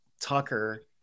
Tucker